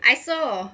I saw